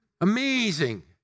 Amazing